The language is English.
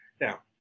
now